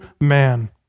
man